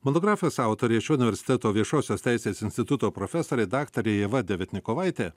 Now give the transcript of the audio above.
monografijos autorė šio universiteto viešosios teisės instituto profesorė daktarė ieva devitniakovaitė